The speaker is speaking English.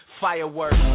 fireworks